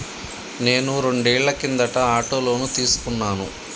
నేను రెండేళ్ల కిందట ఆటో లోను తీసుకున్నాను